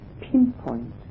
pinpoint